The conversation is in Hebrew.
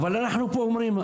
אנחנו אומרים פה,